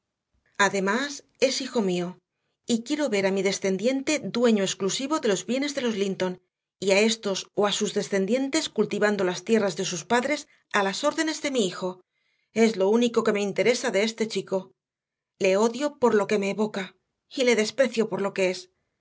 además es hijo mío y quiero ver a mi descendiente dueño exclusivo de los bienes de los linton y a estos o a sus descendientes cultivando las tierras de sus padres a las órdenes de mi hijo es lo único que me interesa de este chico le odio por lo que me evoca y le desprecio por lo que es